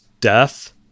Death